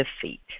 defeat